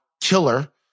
killer